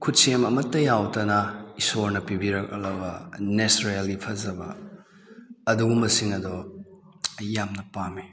ꯈꯨꯠꯁꯦꯝ ꯑꯃꯇ ꯌꯥꯎꯗꯅ ꯏꯁꯣꯔꯅ ꯄꯤꯕꯤꯔꯛꯂꯕ ꯅꯦꯆꯥꯔꯦꯜꯒꯤ ꯐꯖꯕ ꯑꯗꯨꯒꯨꯝꯕꯁꯤꯡ ꯑꯗꯣ ꯑꯩ ꯌꯥꯝꯅ ꯄꯥꯝꯏ